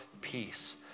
peace